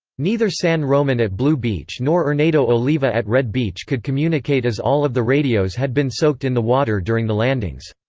neither san roman at blue beach nor erneido oliva at red beach could communicate as all of the radios had been soaked in the water during the landings.